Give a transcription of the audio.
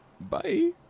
Bye